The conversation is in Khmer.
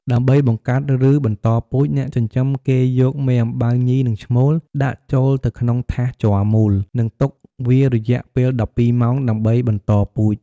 ដើម្បីបង្កាត់ ឬបន្តពូជ អ្នកចិញ្ចឹមគេយកមេអំបៅញី និងឈ្មោល ដាក់ចូលទៅក្នុងថាសជ័រមូល និងដាក់វារយៈពេល១២ម៉ោង ដើម្បីបន្តពូជ។